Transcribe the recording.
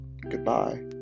goodbye